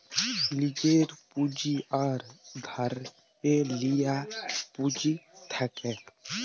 লীজের পুঁজি আর ধারে লিয়া পুঁজি থ্যাকে